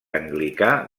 anglicà